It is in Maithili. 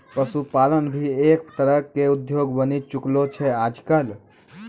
पशुपालन भी एक तरह के उद्योग बनी चुकलो छै आजकल